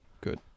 good